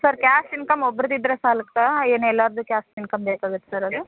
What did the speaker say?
sir cash income ಒಬ್ರದ್ದು ಇದ್ದರೆ ಸಾಲುತ್ತಾ ಏನು ಎಲ್ಲರ್ದೂ ಕ್ಯಾಶ್ ಇನ್ಕಮ್ ಬೇಕಾಗುತ್ತಾ ಸರ್ ಅದು